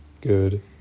good